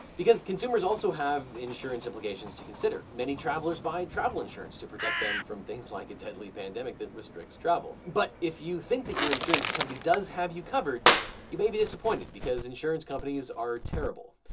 because consumers also have insurance implications to consider. many travelers buy travel insurance to protect them from things like a deadly pandemic that restricts travel. but if you think that your insurance company does have you covered you may be disappointed, because insurance companies are terrible.